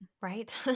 Right